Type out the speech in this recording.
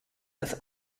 als